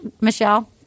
Michelle